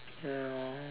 ya